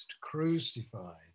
crucified